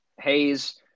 Hayes